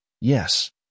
Yes